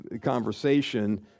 conversation